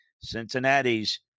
Cincinnati's